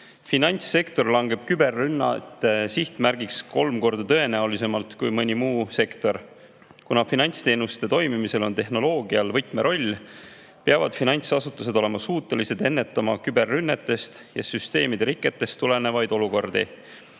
Finantssektor langeb küberrünnete sihtmärgiks kolm korda tõenäolisemalt kui mõni muu sektor. Kuna finantsteenuste toimimisel on tehnoloogial võtmeroll, peavad finantsasutused olema suutelised ennetama küberrünnetest ja süsteemiriketest tulenevaid olukordi,